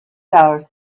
dollars